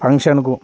ఫంక్షన్కు